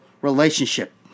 relationship